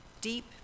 Deep